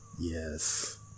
yes